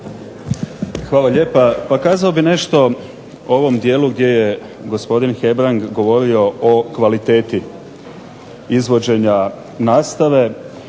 Hvala lijepa. Pa kazao bih nešto o ovom dijelu gdje je gospodin Hebrang govorio o kvaliteti izvođenja nastave.